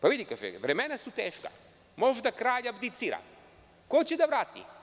On mu kaže: „Vidi, vremena su teška, možda kralj abdicira, ko će da vrati?